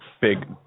big